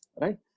Right